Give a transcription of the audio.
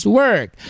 work